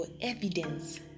evidence